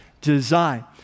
design